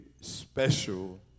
special